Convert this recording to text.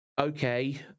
okay